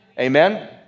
Amen